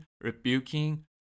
rebuking